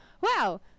Wow